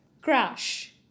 Crash